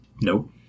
Nope